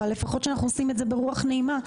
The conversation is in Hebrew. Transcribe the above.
אבל לפחות שאנחנו עושים את זה ברוח נעימה,